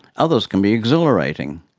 others can be exhilarating,